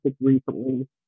recently